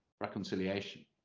reconciliation